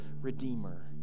Redeemer